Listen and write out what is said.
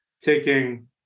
taking